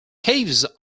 caves